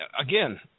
again